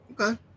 okay